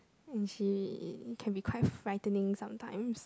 and she can be quite frightening sometimes